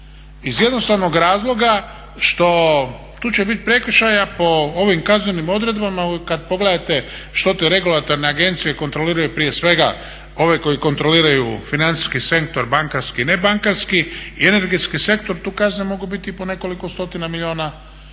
Iz jednostavnog razloga što tu će biti prekršaja po ovim kaznenim odredbama, kada pogledate što te regulatorne agencije kontroliraju prije svega ove koji kontroliraju financijski sektor bankarski i nebankarski i energetski sektor tu kazne mogu biti i po nekoliko stotina milijuna